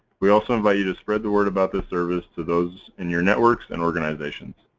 we also invite you to spread the word about this service to those in your networks and organizations.